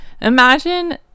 Imagine